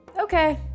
okay